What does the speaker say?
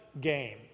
game